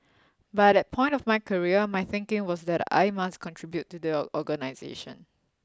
but at point of my career my thinking was that I must contribute to the organisation